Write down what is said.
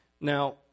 Now